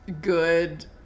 good